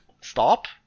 Stop